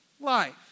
life